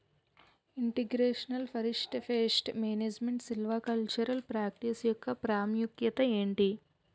integration forest pest management silvicultural practice యెక్క ప్రాముఖ్యత ఏంటి